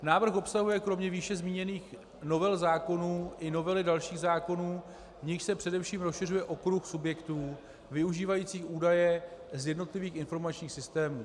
Návrh obsahuje kromě výše zmíněných novel zákonů i novely dalších zákonů, u nichž se především rozšiřuje okruh subjektů využívajících údaje z jednotlivých informačních systémů.